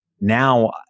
now